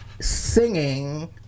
singing